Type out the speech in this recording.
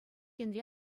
енре